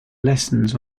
lessons